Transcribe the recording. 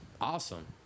awesome